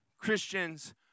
Christians